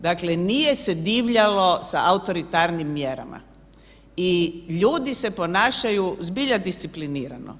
Dakle, nije se divljalo sa autoritarnim mjerama i ljudi se ponašaju zbilja disciplinirano.